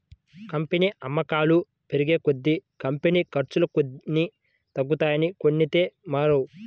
company అమ్మకాలు పెరిగేకొద్దీ, company ఖర్చులు కొన్ని పెరుగుతాయి కొన్నైతే మారవు